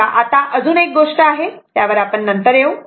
तेव्हा आता अजून एक गोष्ट आहे त्यावर आपण नंतर येऊ